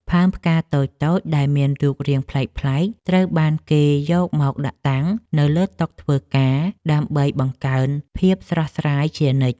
ផើងផ្កាតូចៗដែលមានរូបរាងប្លែកៗត្រូវបានគេយកមកដាក់តាំងនៅលើតុធ្វើការដើម្បីបង្កើនភាពស្រស់ស្រាយជានិច្ច។